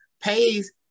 pays